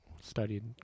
studied